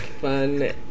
fun